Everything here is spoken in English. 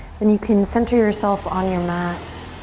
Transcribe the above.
then you can center yourself on your mat.